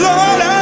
Lord